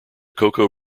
cocoa